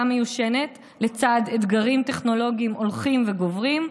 מיושנת לצד אתגרים טכנולוגיים הולכים וגוברים.